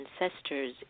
ancestors